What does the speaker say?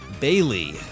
Bailey